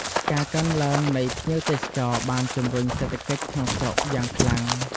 ការកើនឡើងនៃភ្ញៀវទេសចរណ៍បានជំរុញសេដ្ឋកិច្ចក្នុងស្រុកយ៉ាងខ្លាំង។